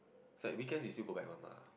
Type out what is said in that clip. it's like weekend you still go back one lah